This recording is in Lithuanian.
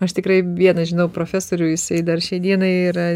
aš tikrai vieną žinau profesorių jisai dar šiai dienai yra